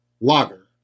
lager